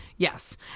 Yes